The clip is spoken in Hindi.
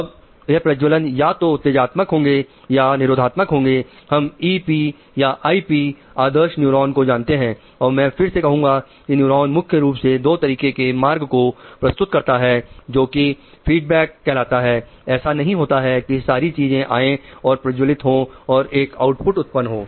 अब यह प्रज्वलन या तो उत्तेजनात्मक होंगे या निरोधात्मक होंगे हम ईपी उत्पन्न हो